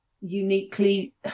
uniquely